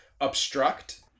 obstruct